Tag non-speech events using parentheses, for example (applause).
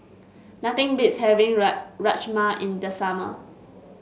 nothing beats having (unintelligible) Rajma in the summer